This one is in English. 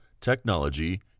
technology